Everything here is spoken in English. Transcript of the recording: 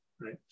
right